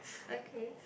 okay